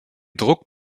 druck